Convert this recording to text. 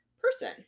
person